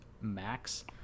max